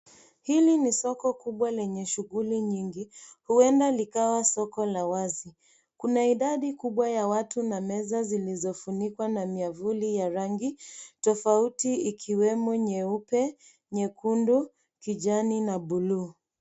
Hili ni soko kubwa lenye shughuli nyingi huenda likawa soko la wazi. Kuna idadi kubwa ya watu na meza zilizofunikwa na miavuli ya rangi tofauti ikiwemo nyeupe, nyekundu, kijani na bluu.